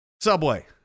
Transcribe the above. Subway